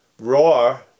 Roar